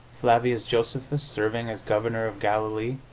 flavius josephus, serving as governor of galilee,